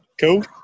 Cool